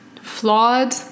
flawed